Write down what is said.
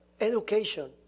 education